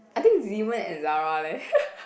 I think Zemen and Zara leh